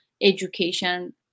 education